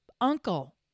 uncle